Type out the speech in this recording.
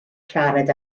siarad